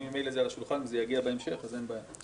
אם ממילא זה על השולחן וזה יגיע בהמשך אז אין בעיה.